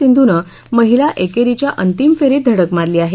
सिंधनं महिला एकेरीच्या अंतिम फेरीत धडक मारली आहे